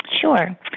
Sure